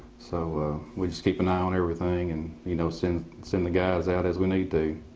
so we just keep an eye on everything and you know send send the guys out as we need to.